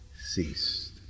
ceased